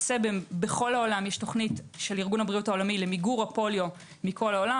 בכל העולם יש תוכנית של ארגון הבריאות העולמי למיגור הפוליו מכל העולם.